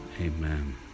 amen